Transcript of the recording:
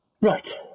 Right